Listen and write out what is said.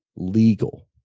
Legal